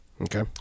Okay